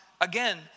Again